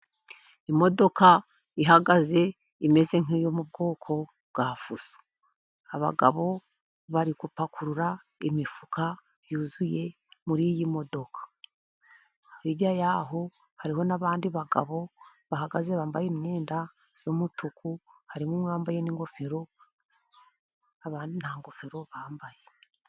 Imodoka ihagaze imeze nk'iyo mu bwoko bwa fuso. Abagabo bari gupakurura imifuka yuzuye muri iyi modoka. Hirya yaho hariho n'abandi bagabo bahagaze bambaye imyenda y'umutuku, harimo umwe wambaye n'ingofero, abandi nta ngofero bambaye.